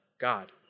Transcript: God